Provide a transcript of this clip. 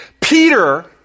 Peter